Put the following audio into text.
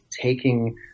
taking